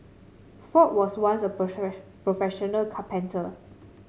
ford was once a professional carpenter